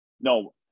no